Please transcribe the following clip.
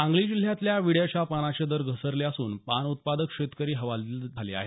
सांगली जिल्ह्यातल्या विड्याच्या पानाचे दर घसरले असून पान उत्पादक शेतकरी हवालदिल झाले आहेत